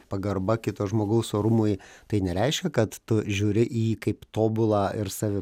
pagarba kito žmogaus orumui tai nereiškia kad tu žiūri į jį kaip tobulą ir save